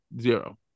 zero